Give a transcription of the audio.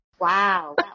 Wow